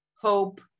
hope